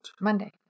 Monday